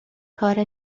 کار